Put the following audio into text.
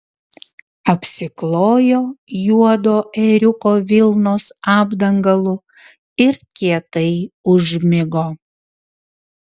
apsiklojo juodo ėriuko vilnos apdangalu ir kietai užmigo